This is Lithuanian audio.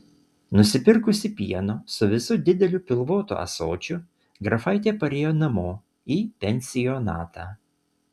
nusipirkusi pieno su visu dideliu pilvotu ąsočiu grafaitė parėjo namo į pensionatą